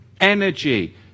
Energy